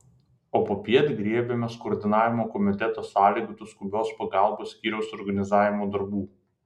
o popiet griebėmės koordinavimo komiteto sąlygotų skubios pagalbos skyriaus organizavimo darbų